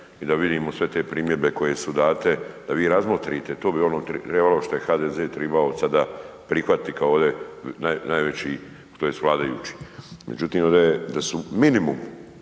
i da vidimo sve te primjedbe koje su date, da vi razmotrite to bi ono što je HDZ tribao sada prihvatit kao ovdje najveći tj. vladajući. Međutim, ovdje je da su minimum,